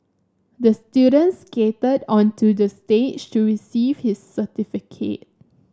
the student skated onto the stage to receive his certificate